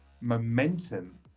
momentum